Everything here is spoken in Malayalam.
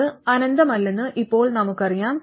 അത് അനന്തമല്ലെന്ന് ഇപ്പോൾ നമുക്കറിയാം